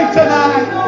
tonight